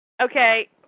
Okay